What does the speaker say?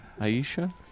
Aisha